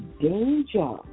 Danger